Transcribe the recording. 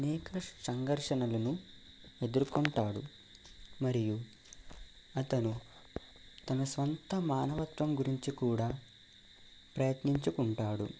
అనేక సంఘర్షణలను ఎదుర్కొంటాడు మరియు అతను తన సొంత మానవత్వం గురించి కూడా ప్రయత్నించుకుంటాడు